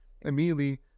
immediately